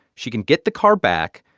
she can get the car back.